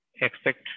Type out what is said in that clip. expect